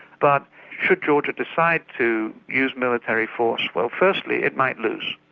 but should georgia decide to use military force, well firstly it might lose.